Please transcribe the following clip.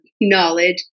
knowledge